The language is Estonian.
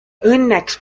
õnneks